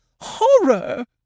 Horror